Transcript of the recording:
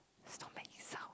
stop making sound